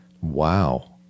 Wow